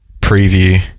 Preview